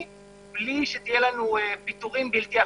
בלי שיהיו לנו פיטורים בלתי הפיכים.